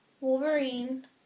Wolverine